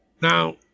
Now